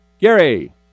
Gary